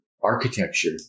architecture